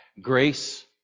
grace